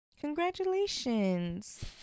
congratulations